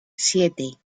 siete